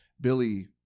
Billy